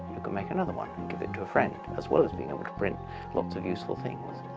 you could make another one and give it to a friend as well as being able to print lots of useful things.